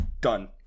Done